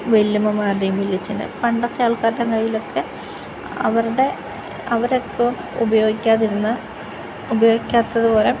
വലിയമ്മമാരുടെയും വലിയച്ഛൻ്റെയും പണ്ടത്തെ ആൾക്കാരുടെ കയ്യിലൊക്കെ അവരുടെ അവരൊക്കെ ഉപയോഗിക്കാതിരുന്ന ഉപയോഗിക്കാത്തതുമായ